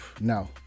no